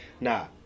Nah